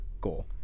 goal